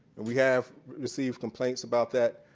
and we have received complaints about that.